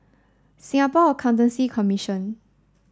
Singapore Accountancy Commission